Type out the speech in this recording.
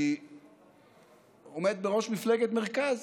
אני עומד בראש מפלגת מרכז,